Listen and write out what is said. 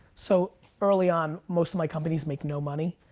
so early on, most of my companies make no money.